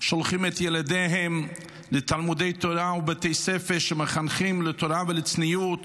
שולחים את ילדיהם לתלמודי תורה ובתי ספר שמחנכים לתורה ולצניעות.